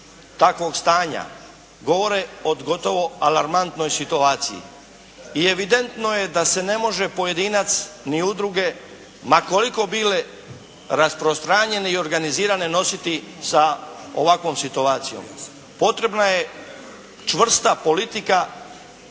takvog stanja govore o gotovo alarmantnoj situaciji. I evidentno je da se ne može pojedinac ni udruge ma koliko bile rasprostranjene i organizirane nositi sa ovakvom situacijom. Potrebna je čvrsta politika